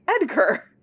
Edgar